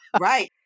right